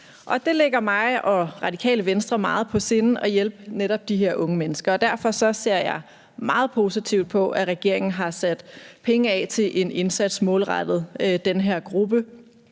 det ligger mig og Radikale Venstre meget på sinde at hjælpe netop de her unge mennesker, og derfor ser jeg meget positivt på, at regeringen har sat penge af til en indsats målrettet den her gruppe.